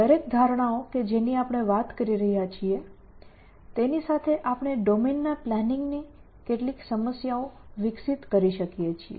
દરેક ધારણાઓ કે જેની આપણે વાત કરી રહ્યા છીએ તેની સાથે આપણે ડોમેનના પ્લાનિંગની કેટલીક સમસ્યાઓ વિકસિત કરી શકીએ છીએ